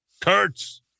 Kurtz